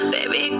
Baby